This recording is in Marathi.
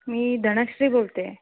मी धनश्री बोलते आहे